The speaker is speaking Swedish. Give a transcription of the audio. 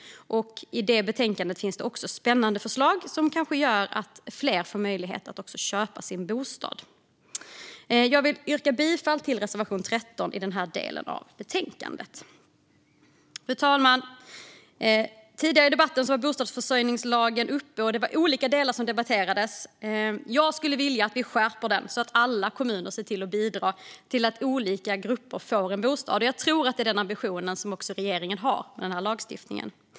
I det betänkandet finns det spännande förslag som kanske gör att fler får möjlighet att köpa sin bostad. Jag vill yrka bifall till reservation 13 i den här delen av betänkandet. Fru talman! Tidigare i debatten nämndes bostadsförsörjningslagen. Det var olika delar som debatterades. Jag skulle vilja att vi skärper den så att alla kommuner ser till att bidra till att olika grupper får en bostad. Jag tror också att det är den ambitionen som regeringen har med den här lagstiftningen.